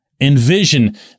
envision